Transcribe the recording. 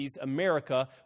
America